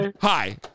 Hi